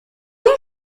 you